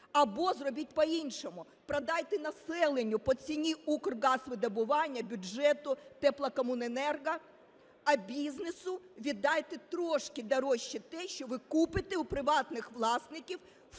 або зробіть по-іншому – продайте населенню по ціні Укргазвидобування, бюджету, Теплокомуненерго, а бізнесу віддайте трошки дорожче те, що ви купите у приватних власників